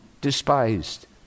despised